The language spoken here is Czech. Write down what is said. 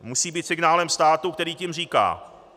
Musí být signálem státu, který tím říká: